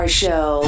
show